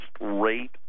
rate